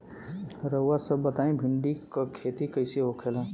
रउआ सभ बताई भिंडी क खेती कईसे होखेला?